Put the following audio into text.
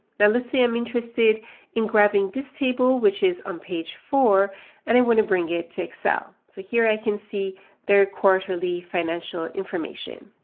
let's say i'm interested in grabbing this table, which is on page four and i want to bring it to excel. so here i can see their quarterly financial information.